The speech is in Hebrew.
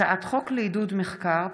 הצעת חוק לעידוד מחקר,